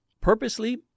Purposely